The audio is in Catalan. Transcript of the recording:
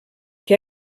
que